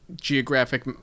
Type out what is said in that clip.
geographic